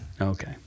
Okay